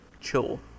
chill